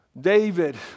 David